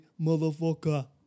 motherfucker